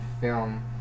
film